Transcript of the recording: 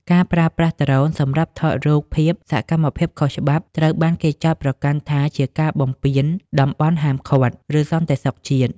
ការប្រើប្រាស់ដ្រូន សម្រាប់ថតរូបភាពសកម្មភាពខុសច្បាប់ ត្រូវបានគេចោទប្រកាន់ថាជាការបំពានតំបន់ហាមឃាត់ ឬសន្តិសុខជាតិ។